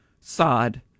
sod